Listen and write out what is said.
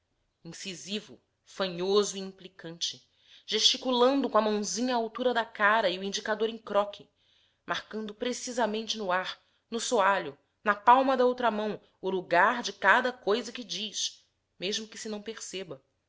incisivo fanhoso e implicante gesticulando com a mãozinha à altura da cara e o indicador em croque marcando precisamente no ar no soalho na palma da outra mão o lugar de cada coisa que diz mesmo que se não perceba